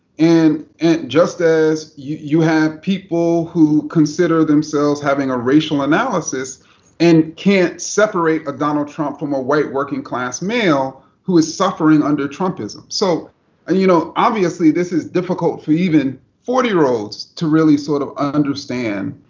and and just as you have people who consider themselves having a racial analysis and can't separate a donald trump from a white working class male, who is suffering under trumpism. so and you know obviously, this is difficult for even forty year olds to really sort of understand.